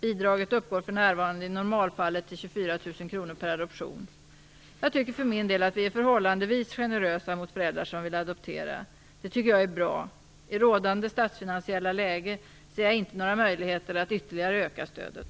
Bidraget uppgår för närvarande i normalfallet till 24 000 kr per adoption. Jag tycker för min del att vi är förhållandevis generösa mot föräldrar som vill adoptera. Det tycker jag är bra. I rådande statsfinansiella läge ser jag inte några möjligheter att ytterligare öka stödet.